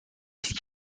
است